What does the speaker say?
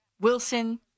Wilson